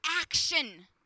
action